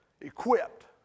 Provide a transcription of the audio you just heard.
equipped